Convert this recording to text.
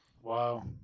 wow